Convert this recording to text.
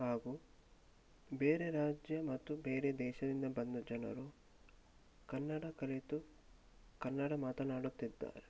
ಹಾಗೂ ಬೇರೆ ರಾಜ್ಯ ಮತ್ತು ಬೇರೆ ದೇಶದಿಂದ ಬಂದ ಜನರು ಕನ್ನಡ ಕಲಿತು ಕನ್ನಡ ಮಾತನಾಡುತ್ತಿದ್ದಾರೆ